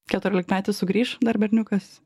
keturiolikmetis sugrįš dar berniukas